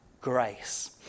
grace